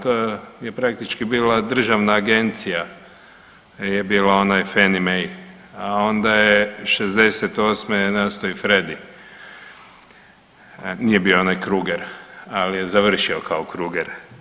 To je praktički bila državna agencija je bila ona Fenimey, a onda je '68. je nastao i Fredy, nije bio onaj Kruger, ali je završio kao Kruger.